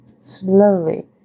slowly